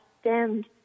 stemmed